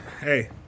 Hey